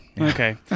okay